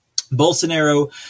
Bolsonaro